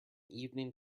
evening